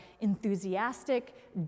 enthusiastic